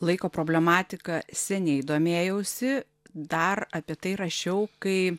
laiko problematika seniai domėjausi dar apie tai rašiau kai